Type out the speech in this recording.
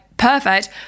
perfect